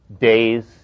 days